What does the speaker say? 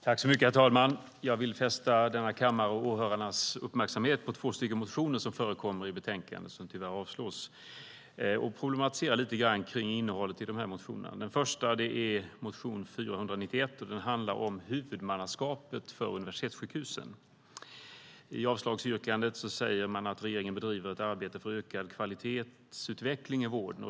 Herr talman! Jag vill fästa denna kammares och åhörarnas uppmärksamhet på två motioner som förekommer i betänkandet som tyvärr avstyrks. Och jag vill problematisera lite grann kring innehållet i de här motionerna. Den första är motion 491. Den handlar om huvudmannaskapet för universitetssjukhusen. I avslagsyrkandet säger man att regeringen bedriver ett arbete för ökad kvalitetsutveckling i vården.